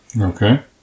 Okay